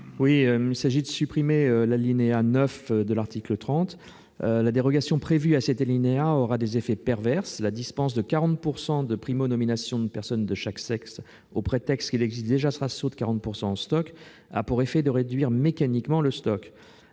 Marie. Il s'agit de supprimer l'alinéa 9 de l'article 30. La dérogation prévue à cet alinéa aura des effets pervers : la dispense de 40 % de primo-nominations de personnes de chaque sexe, au prétexte qu'il existe déjà ce ratio de 40 % en « stock », a pour effet de réduire mécaniquement ce stock.